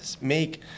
make